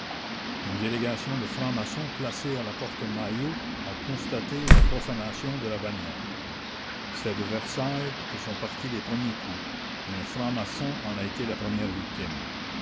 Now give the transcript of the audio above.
une délégation de francs-maçons placée à la porte maillot a constaté la profanation de la bannière c'est de versailles que sont partis les premiers coups et un franc maçon en a été la première victime